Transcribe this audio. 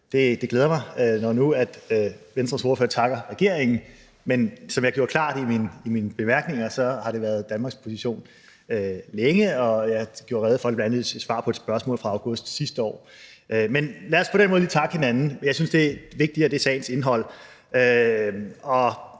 Det glæder mig, når nu Venstres ordfører takker regeringen, men som jeg har gjort klart i mine bemærkninger, har det været Danmarks position længe, og jeg gjorde rede for den bl.a. i et svar på et spørgsmål fra august sidste år. Men lad os på den måde lige takke hinanden. Jeg synes, at det vigtige er sagens indhold.